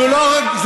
זו לא גחמה,